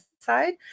side